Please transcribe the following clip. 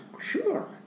sure